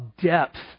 depth